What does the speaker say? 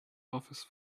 office